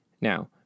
now